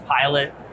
pilot